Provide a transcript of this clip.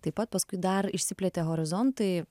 taip pat paskui dar išsiplėtė horizontai